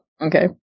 Okay